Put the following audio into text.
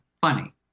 funny